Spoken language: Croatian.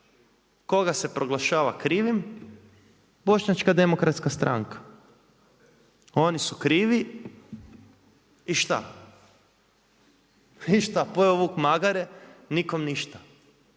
koga se proglašava krivi? Bošnjačka demokratska stranka, oni su krivi i šta? Ništa, pojeo vuk magare i nikom ništa.